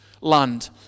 land